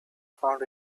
found